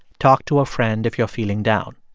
talk to a friend if you're feeling down.